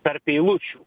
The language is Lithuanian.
tarp eilučių